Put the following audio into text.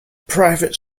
private